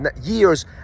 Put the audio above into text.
years